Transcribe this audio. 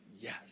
yes